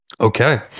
Okay